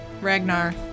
Ragnar